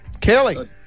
Kelly